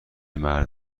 مرد